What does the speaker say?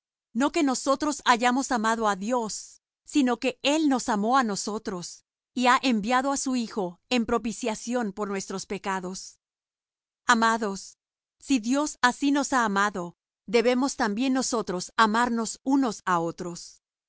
no que nosotros hayamos amado á dios sino que él nos amó á nosotros y ha enviado á su hijo en propiciación por nuestros pecados amados si dios así nos ha amado debemos también nosotros amarnos unos á otros